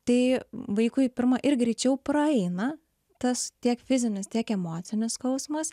tai vaikui pirma ir greičiau praeina tas tiek fizinis tiek emocinis skausmas